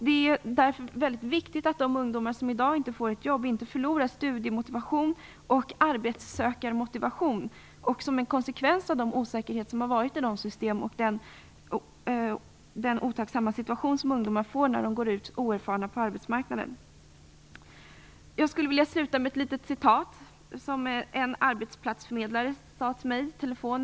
Det är därför väldigt viktigt att de ungdomar som inte får jobb i dag inte förlorar sin studiemotivation och arbetssökarmotivation som en konsekvens av den osäkerhet som har rått i systemen och den otacksamma situation som ungdomar befinner sig i när de oerfarna kommer ut på arbetsmarknaden. Jag vill sluta med att återge vad en arbetsplatsförmedlare sagt till mig på telefon.